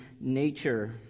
nature